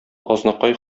азнакай